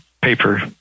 paper